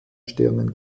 sternen